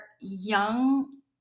young